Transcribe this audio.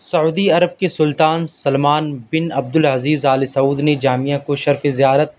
سعودی Arab کے سلطان Salman bin Abdul Aziz Al Saud نے جامعہ کو شرف زیارت